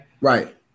Right